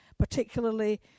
particularly